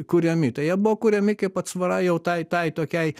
kuriami tai jie buvo kuriami kaip atsvara jau tai tai tokiai